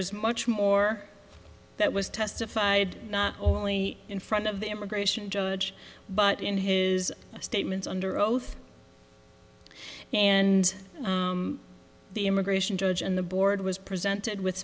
is much more that was testified in front of the immigration judge but in his statements under oath and the immigration judge and the board was presented with